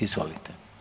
Izvolite.